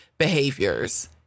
behaviors